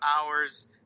hours